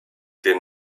den